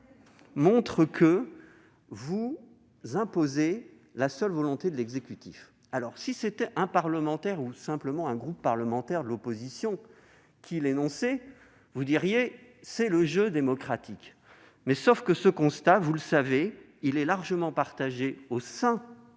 montre que vous imposez la seule volonté de l'exécutif. Si c'était un parlementaire ou simplement un groupe parlementaire de l'opposition qui le dénonce, vous diriez que c'est le jeu démocratique, sauf que ce constat, vous le savez, est largement partagé au sein du groupe